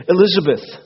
Elizabeth